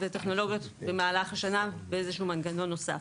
טכנולוגיות במהלך השנה באיזשהו מנגנון נוסף.